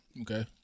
Okay